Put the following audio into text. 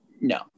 no